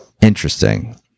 Interesting